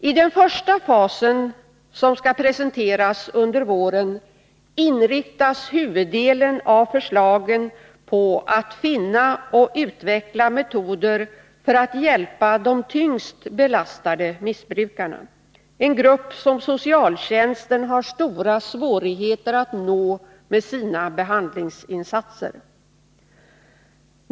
I den första fasen — som skall presenteras under våren — inriktas huvuddelen av förslagen på att finna och utveckla metoder för att hjälpa de tyngst belastade missbrukarna, en grupp som socialtjänsten har stora svårigheter att nå med sina behandlingsinsatser.